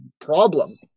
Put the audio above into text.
problem